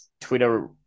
twitter